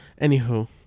Anywho